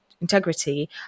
integrity